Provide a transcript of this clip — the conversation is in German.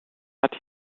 hat